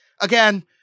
Again